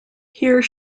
here